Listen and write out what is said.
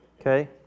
Okay